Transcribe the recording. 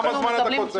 כמה זמן אתה קוצב?